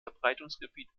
verbreitungsgebiet